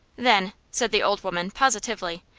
then, said the old woman, positively,